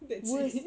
that's it